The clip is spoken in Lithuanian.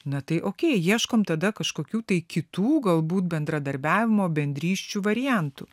na tai okey ieškom tada kažkokių tai kitų galbūt bendradarbiavimo bendrysčių variantų